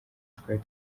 twari